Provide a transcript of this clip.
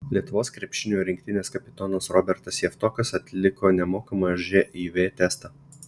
lietuvos krepšinio rinktinės kapitonas robertas javtokas atliko nemokamą živ testą